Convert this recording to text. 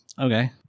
Okay